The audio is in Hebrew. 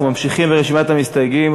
אנחנו ממשיכים ברשימת המסתייגים.